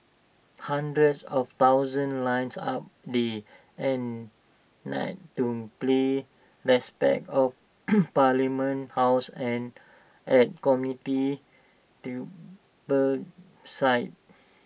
hundreds of thousands lines up day and night to play respects of parliament house and at community sites